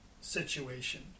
situation